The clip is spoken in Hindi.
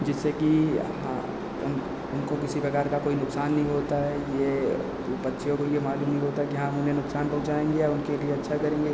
जिससे कि हाँ उनको किसी प्रकार का कोई नुक्सान नहीं होता है ये उन पक्षियों को मालुम नहीं होता कि हाँ हम उन्हें नुकसान पहुंचाएंगे या उनके लिए रक्षा करेंगे